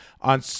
on